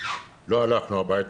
לא הלכנו הביתה.